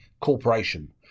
corporation